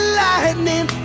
lightning